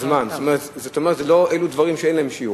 הזמן, זאת אומרת, אלה דברים שאין להם שיעור,